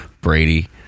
Brady